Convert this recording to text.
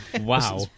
Wow